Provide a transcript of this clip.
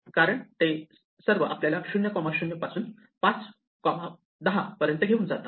कारण ते सर्व आपल्याला 0 0 पासून 5 10 पर्यंत घेऊन जातात